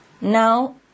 Now